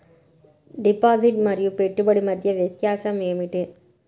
Deposit మరియు పెట్టుబడి మధ్య వ్యత్యాసం ఏమిటీ?